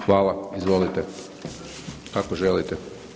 Hvala, izvolite kako želite.